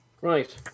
right